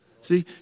See